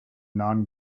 non